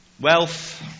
wealth